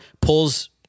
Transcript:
pulls